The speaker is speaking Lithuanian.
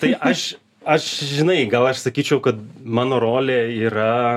tai aš aš žinai gal aš sakyčiau kad mano rolė yra